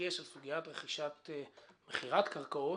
בדגש על סוגיית מכירת קרקעות?